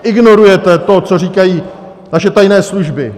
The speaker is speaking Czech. Ignorujete to, co říkají naše tajné služby.